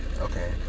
okay